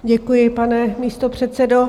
Děkuji, pane místopředsedo.